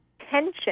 tension